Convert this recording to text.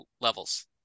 levels